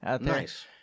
Nice